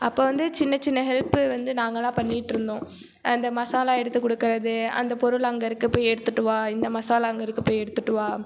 அப்போ வந்து சின்ன சின்ன ஹெல்ப்பு வந்து நாங்களாம் பண்ணிகிட்ருந்தோம் இந்த மசாலா எடுத்து கொடுக்கறது அந்த பொருள் அங்கே இருக்குது போய் எடுத்துகிட்டு வா இந்த மசாலா அங்கே இருக்குது போய் எடுத்துகிட்டு வா